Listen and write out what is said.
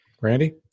Randy